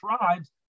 tribes